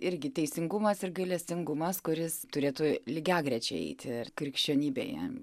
irgi teisingumas ir gailestingumas kuris turėtų lygiagrečiai eiti krikščionybėje